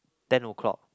ten o-clock